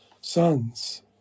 sons